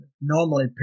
normally